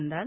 अंदाज